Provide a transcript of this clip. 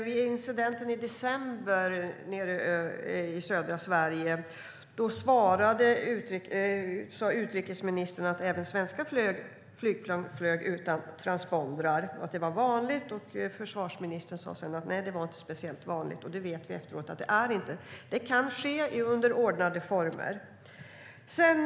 Vid incidenten i december nere i södra Sverige sa utrikesministern att även svenska flygplan flyger utan transpondrar och att det var vanligt. Försvarsministern sa sedan att det inte är speciellt vanligt. Vi vet efteråt att det inte är vanligt, men att det kan ske under ordnade former.